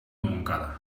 montcada